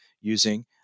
using